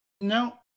no